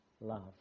love